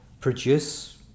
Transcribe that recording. produce